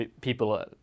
people